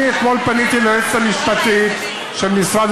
אני פניתי אתמול ליועצת המשפטית של משרד